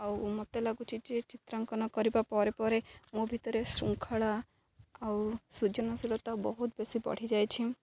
ଆଉ ମୋତେ ଲାଗୁଚି ଯେ ଚିତ୍ରାଙ୍କନ କରିବା ପରେ ପରେ ମୋ ଭିତରେ ଶୃଙ୍ଖଳା ଆଉ ସୃଜନଶୀଳତା ବହୁତ ବେଶୀ ବଢ଼ିଯାଇଛି